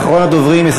אחרון הדוברים.